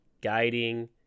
guiding